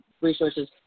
resources